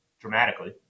dramatically